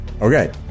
Okay